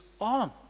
on